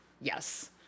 Yes